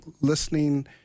listening